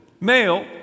male